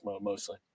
mostly